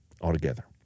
altogether